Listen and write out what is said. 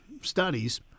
studies